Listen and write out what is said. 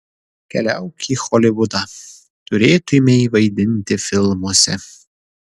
keliauk į holivudą turėtumei vaidinti filmuose